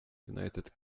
united